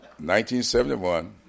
1971